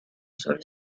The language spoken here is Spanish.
sol